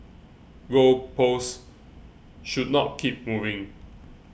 goal posts should not keep moving